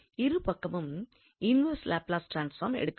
இருபக்கமும் inverse Laplace transform எடுக்கிறோம்